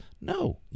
No